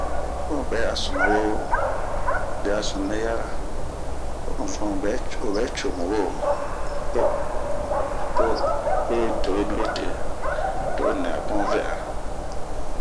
Bun bɛ a sunuwo, di a sunu nɛ yara, n'sun obɛ comu han, to, to de'uni ote.to nɛ a bunh vɛ'a.